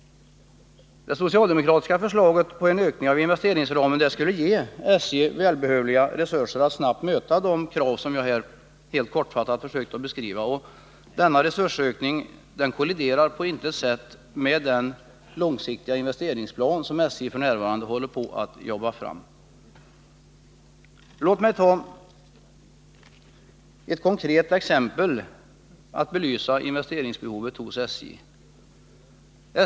Det socialdemokratiska förslaget om en ökning av investeringsramen skulle ge SJ välbehövliga resurser att snabbt möta de krav som jag här kortfattat försökt beskriva. Denna resursökning kolliderar på intet sätt med den långsiktiga investeringsplan som SJ f. n. håller på att jobba fra. Låt mig ta ett konkret exempel för att belysa investeringsbehovet hos SJ.